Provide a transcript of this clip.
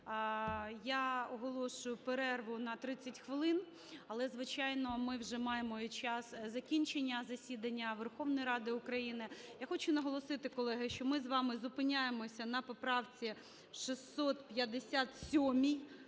Я оголошую перерву на 30 хвилин. Але, звичайно, ми вже маємо і час закінчення засідання Верховної Ради України. Я хочу наголосити, колеги, що ми з вами зупиняємося на поправці 657